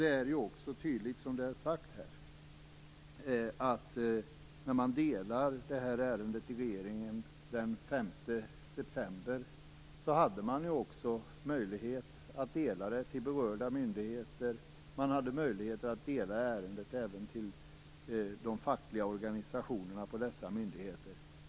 Det är också tydligt, som det har sagts här, att när regeringen delade ärendet den 5 september hade man också möjlighet att dela det till berörda myndigheter och även till de fackliga organisationerna på dessa myndigheter.